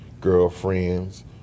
girlfriends